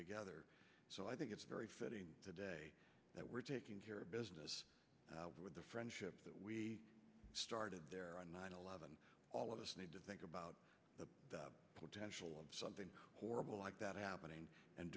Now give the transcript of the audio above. together so i think it's very fitting today that we're taking care of business with the friendship that we started there on nine eleven all of us need to think about the potential of something horrible like that happening and